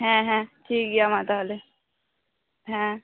ᱦᱮᱸ ᱦᱮᱸ ᱴᱷᱤᱠ ᱜᱮᱭᱟ ᱢᱟ ᱛᱟᱦᱚᱞᱮ ᱦᱮᱸ